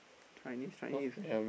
Chinese Chinese